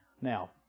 Now